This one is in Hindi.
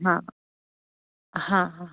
हाँ हाँ हाँ हाँ